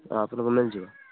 ହ ଆପଣଙ୍କୁ ମିଳିଯିବ